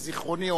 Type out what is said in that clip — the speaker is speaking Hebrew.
מזיכרוני,